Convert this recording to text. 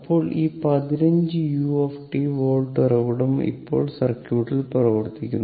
അപ്പോൾ ഈ 15 u volt ഉറവിടം ഇപ്പോൾ സർക്യൂട്ടിൽ പ്രവർത്തിക്കുന്നു